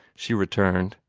she returned.